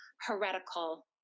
heretical